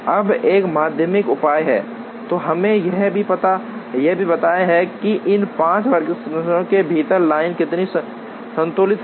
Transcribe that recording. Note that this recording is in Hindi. अब एक माध्यमिक उपाय है जो हमें यह भी बताता है कि इन 5 वर्कस्टेशनों के भीतर लाइन कितनी संतुलित है